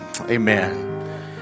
Amen